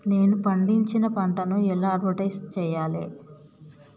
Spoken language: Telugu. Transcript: నేను పండించిన పంటను ఎలా అడ్వటైస్ చెయ్యాలే?